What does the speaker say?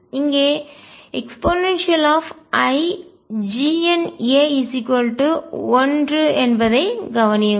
இங்கே eiGna1 என்பதைக் கவனியுங்கள்